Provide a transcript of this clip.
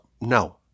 No